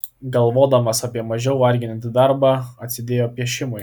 galvodamas apie mažiau varginantį darbą atsidėjo piešimui